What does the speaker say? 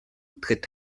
tritt